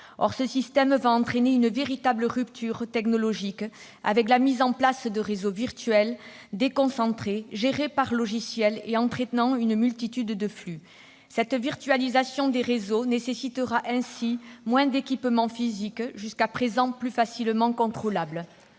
Or ce système va entraîner une véritable rupture technologique, avec la mise en place de réseaux virtuels, déconcentrés, gérés par des logiciels et qui entraînent une multitude de flux. Cette virtualisation des réseaux nécessitera moins d'équipements physiques, jusqu'à présent plus facilement contrôlables.